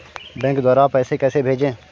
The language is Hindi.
बैंक द्वारा पैसे कैसे भेजें?